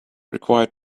required